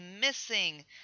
missing